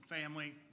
family